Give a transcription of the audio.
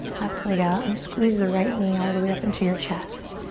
left leg out and squeeze the right knee all the way up into your chest.